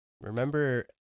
Remember